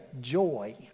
joy